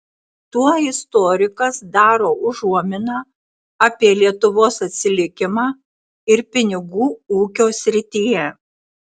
tuo istorikas daro užuominą apie lietuvos atsilikimą ir pinigų ūkio srityje